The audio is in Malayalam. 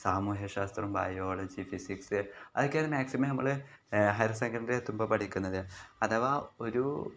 സാമൂഹ്യ ശാസ്ത്രം ബയോളജി ഫിസിക്സ് അതൊക്കെയാണ് മാക്സിമം നമ്മൾ ഹയർ സെക്കണ്ടറി എത്തുമ്പോൾ പഠിക്കുന്നത് അഥവാ ഒരു